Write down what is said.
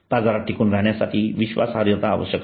बाजारात टिकून राहण्यासाठी विश्वासार्हता आवश्यक आहे